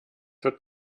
wird